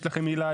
יש לכם עילה,